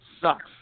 sucks